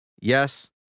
Yes